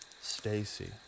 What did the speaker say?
Stacy